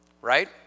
Right